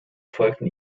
folgten